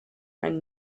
and